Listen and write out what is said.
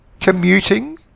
commuting